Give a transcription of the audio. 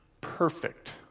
perfect